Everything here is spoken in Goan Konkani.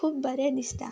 खूब बरें दिसता